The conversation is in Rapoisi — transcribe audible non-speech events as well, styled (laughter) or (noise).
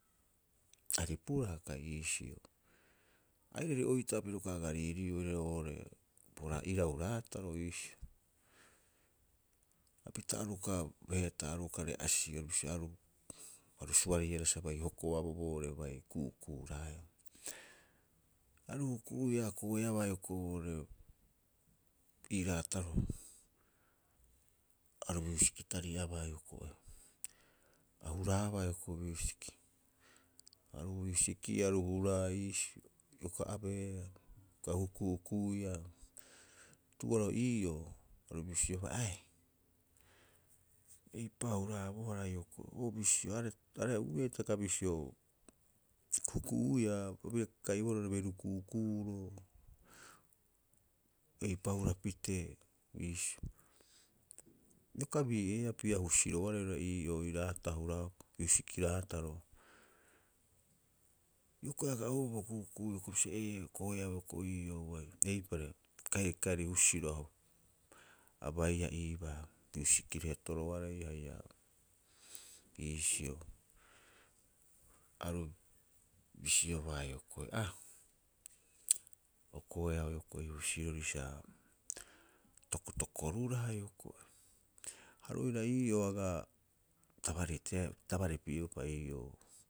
Aripu raata iisio. Airari oitaa piro uka aga riiriiu oirare oo'ore pora irau raataro iisii. Hapita aru uka heetaa, aru uka re'asie bisio, aru- aru suariihara sa bai hokoaboo boo'ore bai ku'uku'uraeea. Aru hukuia a koeabaa hioko'i oo'ore ii raataro, aru miusiki tari'abaa hioko'i a huraabaa hioko'i miusik aru miusikiia a huraae iisio ioka abeea ioka hukuhukuia. Tu'uoaroha ii'oo, aru bisiobaa ae eipa huraboohara hioko'i o bisio are- are uiia hitaka bisio huku'uia a bira kaibohara beru ku'uku'uro eipa hurapitee iisio. Ioka bii'eea opiia husiroare oirare ii'oo ii raatao huraupa miusiki raataro. Hioko'i aga oubaa bo ku'uku'u hioko'i bisio, ee okoeau hioko'i ii'oo ubai eipare, kaerikaeri husiroo aho (hesitation) abaia ibaa miusiki reetoroarei haia iisio. Aru bisiobaa hioko'i, a, o okoeau hioko'i husirori sa, tokotokoruraa hioko'i. Ha oru oiraa ii'oo aga tabari teae (hesitation) tabaripi'eupa ii'oo.